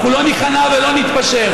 אנחנו לא ניכנע ולא נתפשר.